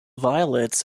violets